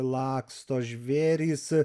laksto žvėrys